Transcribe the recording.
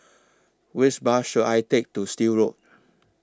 Which Bus should I Take to Still Road